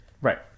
right